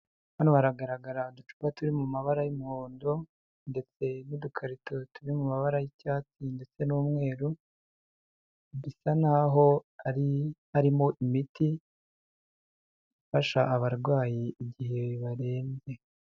Hano hagaragara uducupa turi mu mabara y'umuhondo ndetse n'udukarito turi mu mabara y'icyatsi ndetse n'umweru, bisa naho harimo imiti ifasha abarwayi igihe barembye.